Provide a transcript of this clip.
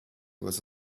was